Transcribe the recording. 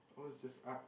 ours just art